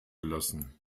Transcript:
gelassen